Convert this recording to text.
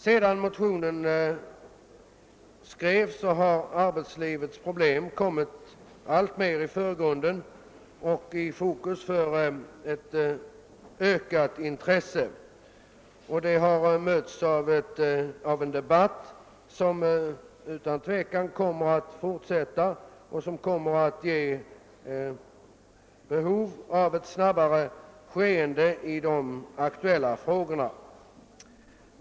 Sedan motionen skrevs har arbetslivets problem kommit alltmer i förgrunden och ställts i fokus för ett ökat intresse, och de har mötts av en debatt som utan tvekan kommer att fortsätta. Det kommer att uppstå behov av ett snabbare skeende i de aktuella frågorna.